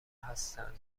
هستند